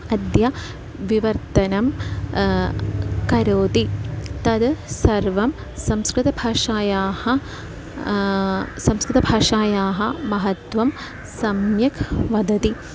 अद्य विवर्तनं करोति तद् सर्वं संस्कृतभाषायाः संस्कृतभाषायाः महत्त्वं सम्यक् वदति